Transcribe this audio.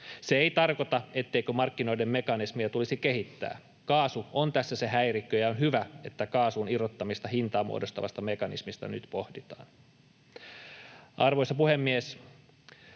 Se ei tarkoita, etteikö markkinoiden mekanismeja tulisi kehittää. Kaasu on tässä se häirikkö, ja on hyvä, että kaasun irrottamista hintaa muodostavasta mekanismista nyt pohditaan. Arvoisa puhemies!